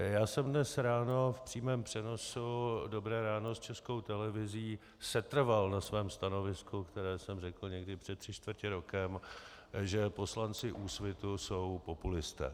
Já jsem dnes ráno v přímém přenosu Dobré ráno s Českou televizí setrval na svém stanovisku, které jsem řekl někdy před tři čtvrtě rokem, že poslanci Úsvitu jsou populisté.